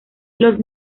los